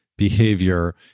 behavior